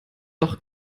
doch